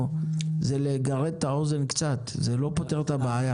זה לגרד קצת את האוזן, זה לא פותר את הבעיה.